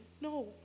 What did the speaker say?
No